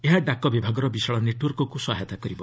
ଏହା ଡାକ ବିଭାଗର ବିଶାଳ ନେଟ୍ୱାର୍କକୁ ସହାୟତା କରିବ